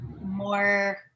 more